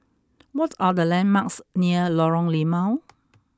what are the landmarks near Lorong Limau